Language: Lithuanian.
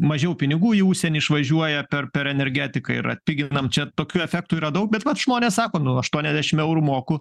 mažiau pinigų į užsienį išvažiuoja per per energetiką ir atpiginam čia tokių efektų yra daug bet vat žmonės sako nu aštuoniasdešim eurų moku